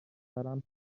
سرم